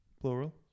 plural